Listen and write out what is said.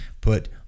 put